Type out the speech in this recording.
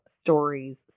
stories